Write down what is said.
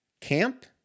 camp